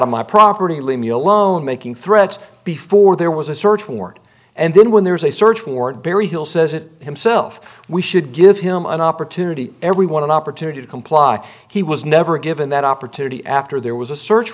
of my property leave me alone making threats before there was a search warrant and then when there's a search warrant berryhill says it himself we should give him an opportunity everyone an opportunity to comply he was never given that opportunity after there was a search